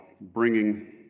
bringing